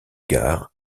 gare